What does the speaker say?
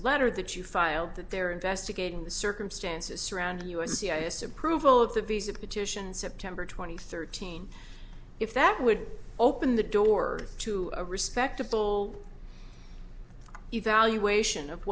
letter that you filed that they're investigating the circumstances surrounding us c i s approval of the visa petition september two thousand and thirteen if that would open the door to a respectable evaluation of